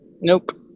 Nope